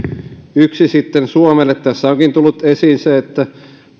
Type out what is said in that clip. yksi sitten suomelle tässä onkin tullut esiin se että